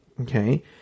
Okay